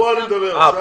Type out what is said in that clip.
פה אני מדבר.